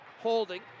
Holding